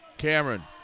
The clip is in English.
Cameron